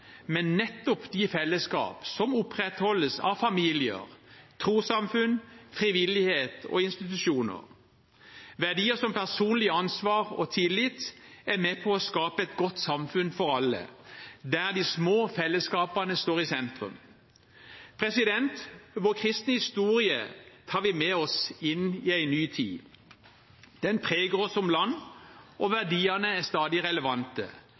men nettopp de fellesskap som opprettholdes av familier, trossamfunn, frivillighet og institusjoner. Verdier som personlig ansvar og tillit er med på å skape et godt samfunn for alle, der de små fellesskapene står i sentrum. Vår kristne historie tar vi med oss inn i en ny tid. Den preger oss som land, og verdiene er stadig relevante.